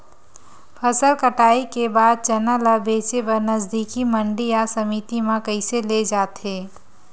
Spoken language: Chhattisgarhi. फसल कटाई के बाद चना ला बेचे बर नजदीकी मंडी या समिति मा कइसे ले जाथे?